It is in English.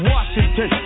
Washington